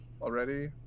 already